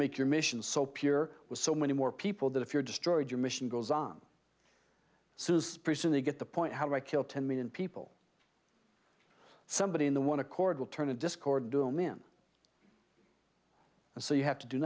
make your mission so pure with so many more people that if you're destroyed your mission goes on says person they get the point how do i kill ten million people somebody in the one a chord will turn a disk or doom in and so you have to do